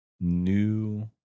new